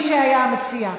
מי שהיה המציע,